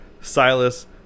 Silas